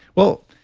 well,